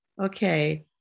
Okay